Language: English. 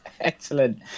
Excellent